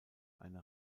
eine